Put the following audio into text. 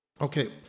Okay